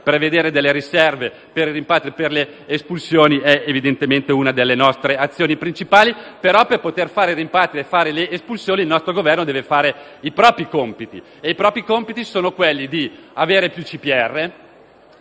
prevedere delle riserve per i rimpatri e per le espulsioni, sono evidentemente una delle nostre azioni principali. Però, per poter fare i rimpatri e le espulsioni, il nostro Governo deve fare i propri compiti. E i propri compiti sono quelli di avere più